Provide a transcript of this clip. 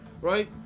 Right